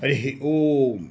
हरिः ओम्